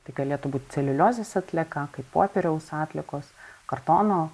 tai galėtų būt celiuliozės atlieka kaip popieriaus atliekos kartono